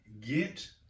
get